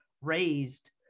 raised